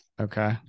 Okay